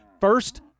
first